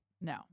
No